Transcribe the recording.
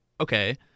okay